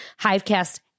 Hivecast